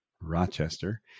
Rochester